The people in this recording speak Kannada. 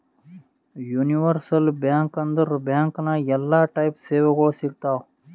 ಯೂನಿವರ್ಸಲ್ ಬ್ಯಾಂಕ್ ಅಂದುರ್ ಬ್ಯಾಂಕ್ ನಾಗ್ ಎಲ್ಲಾ ಟೈಪ್ ಸೇವೆಗೊಳ್ ಸಿಗ್ತಾವ್